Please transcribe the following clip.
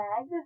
bag